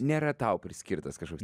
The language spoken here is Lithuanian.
nėra tau priskirtas kažkoks